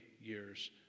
years